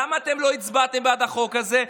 למה לא הצבעתם בעד החוק הזה?